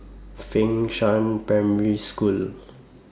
Fengshan Primary School